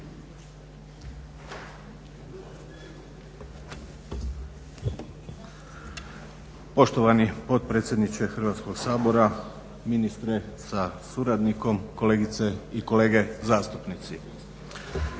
Poštovani potpredsjedniče Hrvatskog sabora, ministre sa suradnikom, kolegice i kolege zastupnici.